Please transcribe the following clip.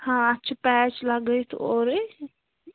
ہاں اَتھ چھِ پیچ لگٲیِتھ اورَے